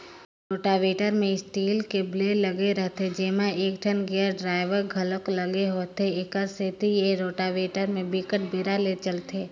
rotavator म steel के blade लगे रहिथे जेमा एकठन गेयर ड्राइव घलोक लगे होथे, एखरे सेती ए रोटावेटर ह बिकट बेरा ले चलथे